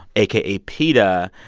aka peta,